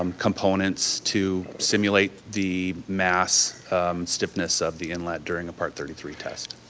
um components to simulate the mass stiffness of the inlet during a part thirty three test.